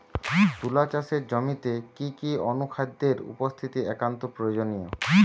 তুলা চাষের জমিতে কি কি অনুখাদ্যের উপস্থিতি একান্ত প্রয়োজনীয়?